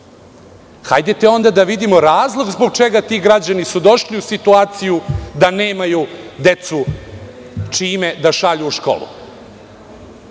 rade. Hajde onda da vidimo razlog zbog čega su ti građani došli u situaciju da nemaju decu čime da šalju u školu.